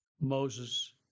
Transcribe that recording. Moses